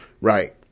Right